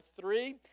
three